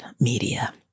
media